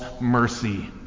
mercy